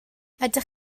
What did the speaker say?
ydych